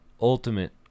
ultimate